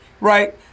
right